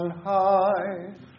high